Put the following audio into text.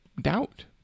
Doubt